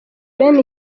bene